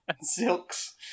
silks